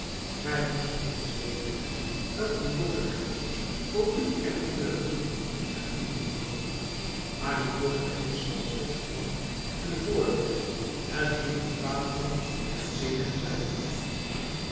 gij moest eens weten welk een booze geest voor u en uwe vrienden er nu in woont maar die booze geest zal zwitserland ten voordeel het lieve vaderland ten zegen zijn